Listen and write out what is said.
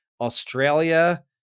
Australia